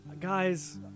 Guys